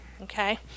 okay